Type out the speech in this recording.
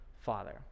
Father